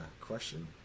question